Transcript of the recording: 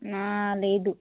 నా లేదు